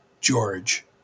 George